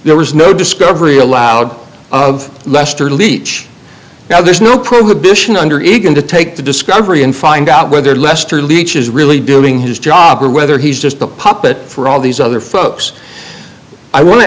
there was no discovery allowed of lester leach now there's no prohibition under eagan to take the discovery and find out whether lester leach is really doing his job or whether he's just a puppet for all these other folks i want to